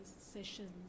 sessions